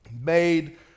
made